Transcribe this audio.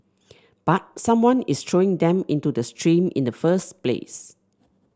but someone is throwing them into the stream in the first place